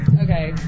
Okay